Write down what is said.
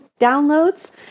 downloads